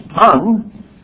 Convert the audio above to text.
tongue